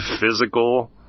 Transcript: physical